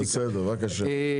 טוב בסדר בבקשה.